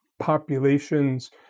populations